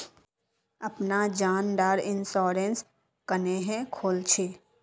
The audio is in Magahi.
अपना जान डार इंश्योरेंस क्नेहे खोल छी?